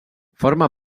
forma